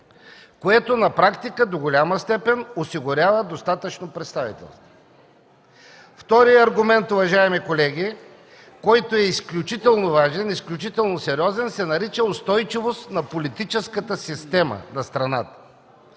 което на практика до голяма степен осигурява достатъчно представителство. Вторият аргумент, уважаеми колеги, който е изключително важен, изключително сериозен, се нарича „устойчивост на политическата система на страната”.